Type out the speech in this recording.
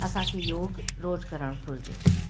असांखे योग रोज करणु घुरिजे